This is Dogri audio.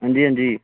हां जी हां जी